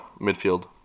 midfield